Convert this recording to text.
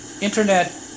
Internet